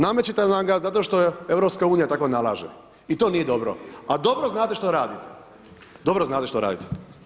Namećete nam ga zato što EU tako nalaže i to nije dobro, a dobro znate što radite, dobro znate što radite.